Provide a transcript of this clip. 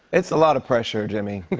it's a lot of pressure, jimmy.